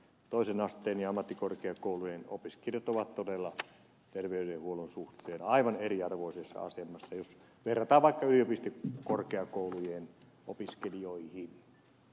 toisen asteen ja ammattikorkeakoulujen opiskelijat ovat todella terveydenhuollon suhteen aivan eriarvoisessa asemassa jos verrataan vaikka yliopistojen ja korkeakoulujen opiskelijoihin